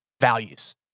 values